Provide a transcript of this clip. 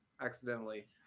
accidentally